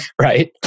right